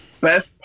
best